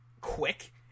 quick